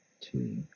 two